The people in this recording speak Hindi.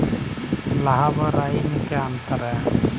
लाह व राई में क्या अंतर है?